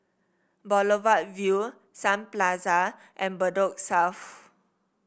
Boulevard Vue Sun Plaza and Bedok South